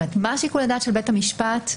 מה שיקול הדעת של בית המשפט,